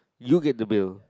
you get the bill